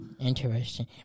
Interesting